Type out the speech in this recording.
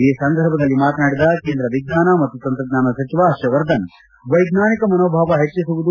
ಈ ಸಂದರ್ಭದಲ್ಲಿ ಮಾತನಾಡಿದ ಕೇಂದ್ರ ವಿಜ್ಞಾನ ಮತ್ತು ತಂತ್ರಜ್ಞಾನ ಸಚಿವ ಹರ್ಷವರ್ಧನ್ ವೈಜ್ಞಾನಿಕ ಮನೋಭಾವ ಹೆಚ್ಚಿಸುವುದು